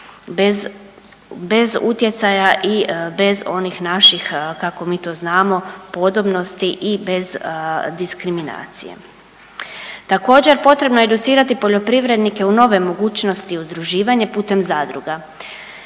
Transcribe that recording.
bez utjecaja i bez onih naših kako mi to znamo podobnosti i bez diskriminacije. Također potrebno je educirati poljoprivrednike u nove mogućnosti udruživanja putem zadruga.